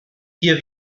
hier